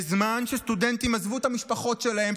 בזמן שסטודנטים עזבו את המשפחות שלהם,